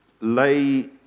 lay